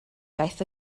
gaeth